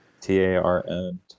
T-A-R-N